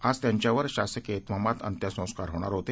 आजत्यांच्यावरशासकीय तिमामातअंत्यसंस्कारहोणारहोते